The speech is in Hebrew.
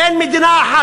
אין מדינה אחת.